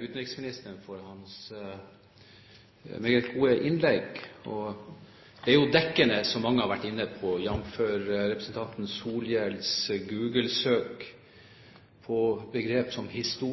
utenriksministeren for hans meget gode innlegg. Begrep som «historisk» og «merkedag» er jo dekkende, som mange har vært inne på, jf. også representanten Solhjells referanse til